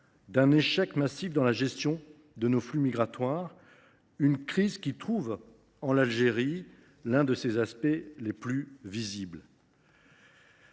d’un échec massif de la gestion de nos flux migratoires. Cette crise trouve en l’Algérie l’un de ses aspects les plus visibles.